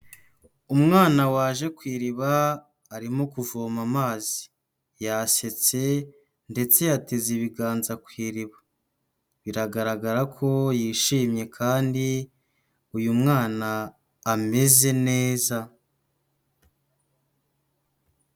Umwana waje ku iriba arimo kuvoma amazi, yasetse ndetse yateze ibiganza ku iriba, biragaragara ko yishimye kandi uyu mwana ameze neza.